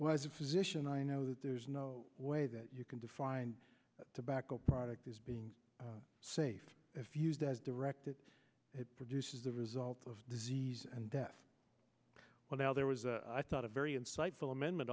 well as a physician i know that there's no way that you can define tobacco product is being safe if used as directed it produces the result of disease and death well now there was a i thought a very insightful amendment